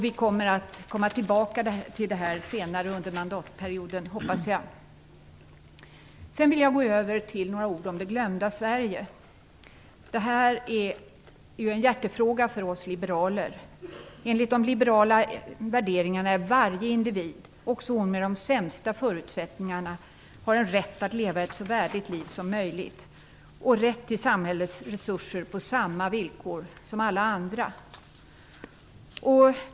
Vi återkommer till detta senare under mandatperioden, hoppas jag. Sedan vill jag säga några ord om "det glömda Sverige", en hjärtefråga för oss liberaler. Enligt de liberala värderingarna har varje individ, också med de sämsta förutsättningarna, rätt att leva ett så värdigt liv som möjligt och rätt till samhällets resurser på samma villkor som alla andra.